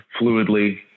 fluidly